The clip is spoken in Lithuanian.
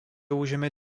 užėmė